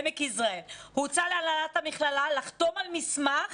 הוצע להנהלת המכללה לחתום על מסמך